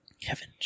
Kevin